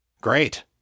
Great